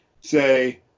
say